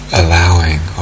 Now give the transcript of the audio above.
allowing